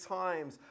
times